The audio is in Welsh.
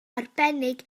arbennig